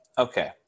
Okay